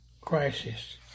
crisis